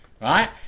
right